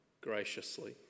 graciously